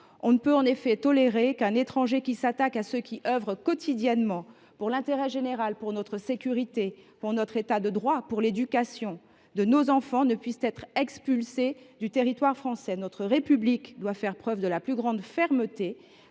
On ne peut pas tolérer qu’un étranger s’attaquant à ceux qui œuvrent quotidiennement pour l’intérêt général, pour notre sécurité, pour notre État de droit, pour l’éducation de nos enfants ne puisse pas être expulsé du territoire français. Notre République doit faire preuve de la plus grande fermeté